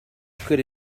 could